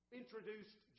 introduced